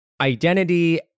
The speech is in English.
identity